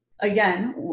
again